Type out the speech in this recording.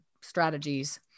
strategies